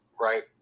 right